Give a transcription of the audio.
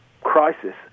crisis